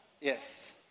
yes